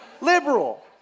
liberal